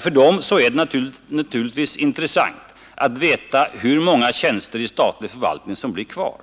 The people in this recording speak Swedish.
För dem är det naturligtvis intressant att veta hur många tjänster i statlig förvaltning som blir kvar.